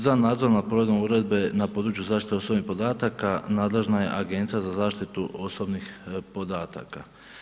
Za nadzor nad provedbom uredbe na području osobnih podataka nadležna je Agencija za zaštitu osobnih podataka.